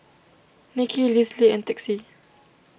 Nicki Lisle and Texie